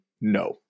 No